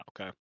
okay